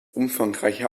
umfangreiche